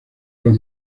los